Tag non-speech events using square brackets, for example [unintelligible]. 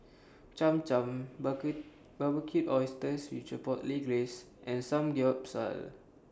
Cham Cham [unintelligible] Barbecued Oysters with Chipotle Glaze and Samgeyopsal